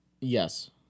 Yes